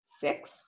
six